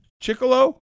Chicolo